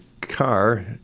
car